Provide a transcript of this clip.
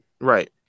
Right